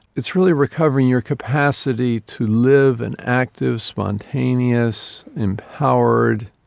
it's really recovering your capacity to live an active, spontaneous, empowered,